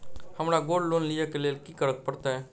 हमरा gold loan लिय केँ लेल की करऽ पड़त?